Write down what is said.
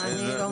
אני לא מסכימה.